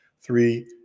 three